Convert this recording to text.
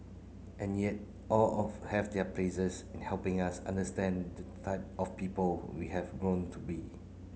and yet all of have their places in helping us understand the type of people we have grown to be